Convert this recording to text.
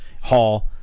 Hall